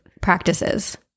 practices